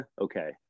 okay